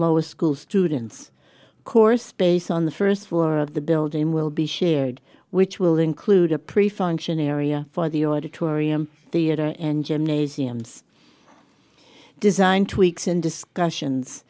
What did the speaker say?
lower school students course based on the first floor of the building will be shared which will include a pretty function area for the auditorium theater and gymnasiums design tweaks and discussions